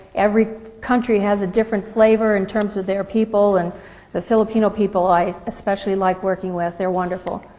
every country has a different flavor in terms of their people, and the filipino people i especially like working with, they're wonderful.